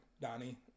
Donnie